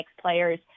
players